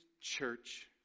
church